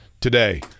today